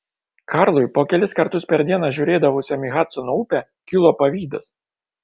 karlui po kelis kartus per dieną žiūrėdavusiam į hadsono upę kilo pavydas